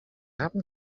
happen